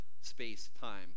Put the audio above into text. space-time